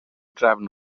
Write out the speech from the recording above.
drefn